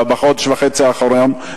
בחודש וחצי האחרונים,